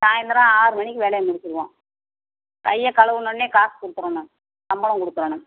சாய்ந்திரம் ஆறு மணிக்கு வேலையை முடிச்சுடுவோம் கையை கழுவுனோன்னே காசு கொடுத்துரணும் சம்பளம் கொடுத்துடணும்